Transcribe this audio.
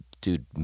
dude